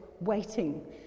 waiting